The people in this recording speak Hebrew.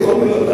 יכול להיות.